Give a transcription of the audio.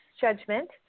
judgment